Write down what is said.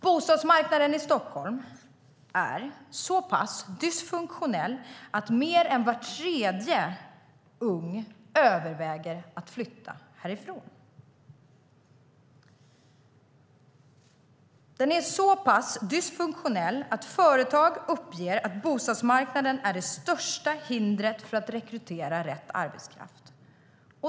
Bostadsmarknaden i Stockholm är så pass dysfunktionell att mer än var tredje ung person överväger att flytta härifrån. Den är så pass dysfunktionell att företag uppger att bostadsmarknaden är det största hindret för rekrytering av rätt arbetskraft.